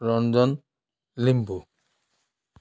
Ranjan Limbu